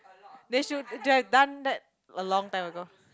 they should they have done that a long time ago